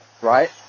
right